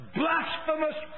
blasphemous